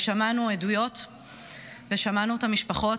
שמענו עדויות ושמענו את המשפחות.